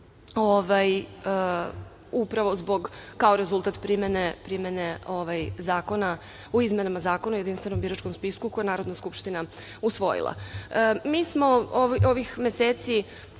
upravo kao rezultat primene Zakona, u izmenama Zakona o jedinstvenom biračkom spisku, koje je Narodna skupština usvojila. Mi smo ovih